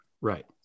right